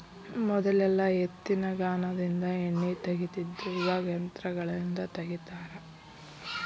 ಮೊದಲೆಲ್ಲಾ ಎತ್ತಿನಗಾನದಿಂದ ಎಣ್ಣಿ ತಗಿತಿದ್ರು ಇವಾಗ ಯಂತ್ರಗಳಿಂದ ತಗಿತಾರ